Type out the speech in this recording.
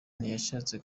ntiyashatse